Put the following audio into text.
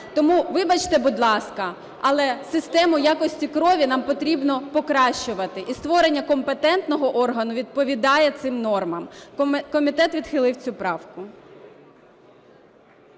Тому вибачте, будь ласка, але систему якості крові нам потрібно покращувати, і створення компетентного органу відповідає цим нормам. Комітет відхилив цю правку.